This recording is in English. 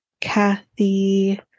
Kathy